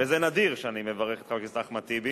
וזה נדיר שאני מברך את חבר הכנסת אחמד טיבי,